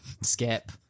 Skip